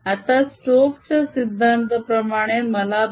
आता स्तोक च्या सिद्धांताप्रमाणे मला B